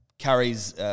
Carries